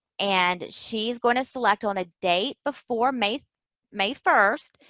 and she's going to select on a date before may, may first.